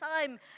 time